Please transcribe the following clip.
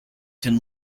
can